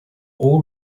all